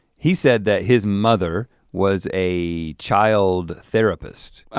he said that his mother was a child therapist.